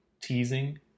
teasing